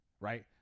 right